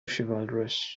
chivalrous